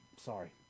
Sorry